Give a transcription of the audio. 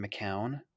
McCown